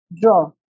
draw